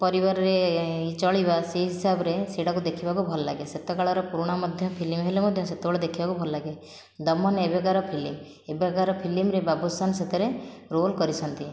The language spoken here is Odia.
ପରିବାରରେ ଚଳିବା ସେହି ହିସାବରେ ସେଟାକୁ ଦେଖିବାକୁ ଭଲ ଲାଗେ ସେତେକାଳର ପୁରୁଣା ମଧ୍ୟ ଫିଲ୍ମ ହେଲେ ମଧ୍ୟ ସେତେବେଳେ ଦେଖିବାକୁ ଭଲ ଲାଗେ ଦମନ ଏବେକାର ଫିଲ୍ମ ଏବେକାର ଫିଲ୍ମରେ ବାବୁସାନ ସେଥିରେ ରୋଲ୍ କରିଛନ୍ତି